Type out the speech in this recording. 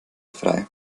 frei